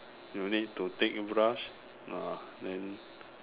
you need to take brush ah then